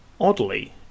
Oddly